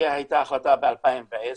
שהיא הייתה ההחלטה ב-2010,